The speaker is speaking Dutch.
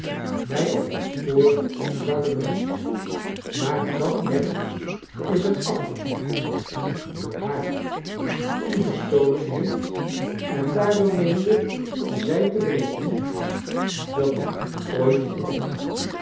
mij op het spoor zouden brengen maar dat merk is er afgeknipt door haar die u gestolen heeft en daardoor meende zij te beletten dat men u ooit ontdekte